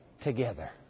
together